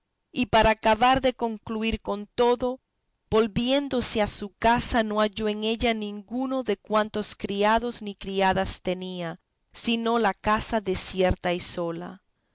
y para acabar de concluir con todo volviéndose a su casa no halló en ella ninguno de cuantos criados ni criadas tenía sino la casa desierta y sola